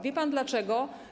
Wie pan dlaczego?